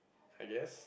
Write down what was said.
I guess